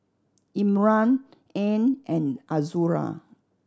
Imran Ain and Azura